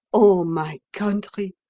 oh, my country!